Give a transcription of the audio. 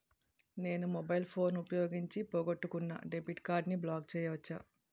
నేను mobile phone ఉపయోగించి పోగొట్టుకున్న డెబిట్ కార్డ్ని బ్లాక్ చేయవచ్చా?